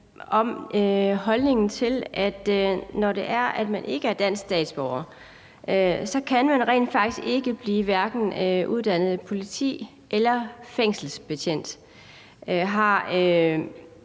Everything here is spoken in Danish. om holdningen til noget. Når man ikke er dansk statsborger, kan man rent faktisk hverken blive uddannet til politi- eller fængselsbetjent,